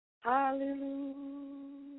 hallelujah